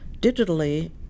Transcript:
digitally